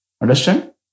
understand